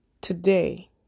Today